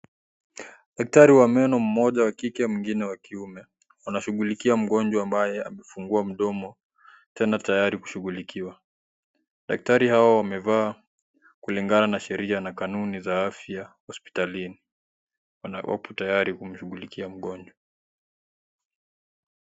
Daktari wa meno mmoja wa kike na mwingine wa kiume, wanashughulikia mgonjwa ambaye amefungua mdomo tena tayari kushughulikiwa, daktari hao wamevaa kulingana na sheria na kanuni za afya hospitalini, wana wapo tayari kumshughulikia mgonjwa.